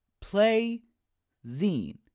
Play-Zine